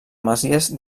masies